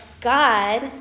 God